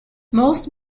most